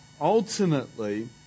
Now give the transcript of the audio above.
ultimately